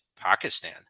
Pakistan